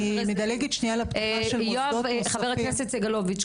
חבר הכנסת סגלוביץ',